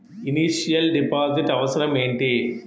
Initial deposit అవసరం ఏమిటి?